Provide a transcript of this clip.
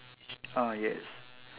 ah yes